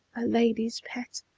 a lady's pet!